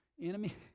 enemy